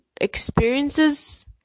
experiences